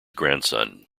grandson